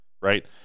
right